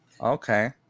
Okay